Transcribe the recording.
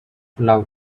love